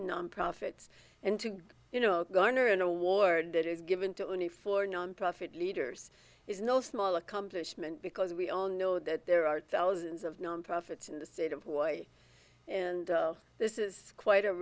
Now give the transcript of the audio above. nonprofits and to you know garner an award that is given to only four nonprofit leaders is no small accomplishment because we all know that there are thousands of nonprofits in the state of hawaii and this is quite a